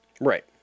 Right